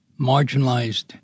marginalized